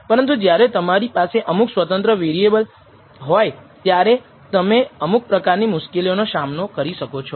પરંતુ જ્યારે તમારી પાસે અમુક વેરિએબલ સ્વતંત્ર વેરિએબલ હોય ત્યારે તમે અમુક પ્રકારની મુશ્કેલીનો સામનો કરી શકો છો